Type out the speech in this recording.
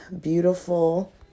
beautiful